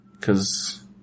Cause